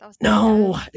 No